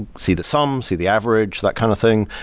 see the sum, see the average, that kind of thing,